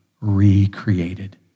recreated